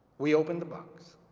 we opened the box,